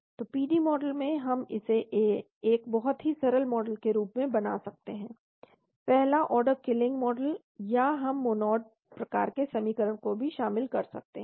तो PD model में हम इसे एक बहुत ही सरल मॉडल के रूप में बना सकते हैं पहला ऑर्डर किलिंग मॉडल या हम मोनोड प्रकार के समीकरण को भी शामिल कर सकते हैं